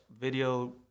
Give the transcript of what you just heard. video